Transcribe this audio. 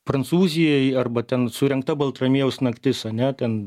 prancūzijai arba ten surengta baltramiejaus naktis ane ten